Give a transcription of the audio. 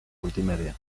multimedia